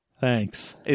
Thanks